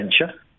adventure